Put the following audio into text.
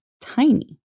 tiny